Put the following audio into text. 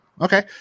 Okay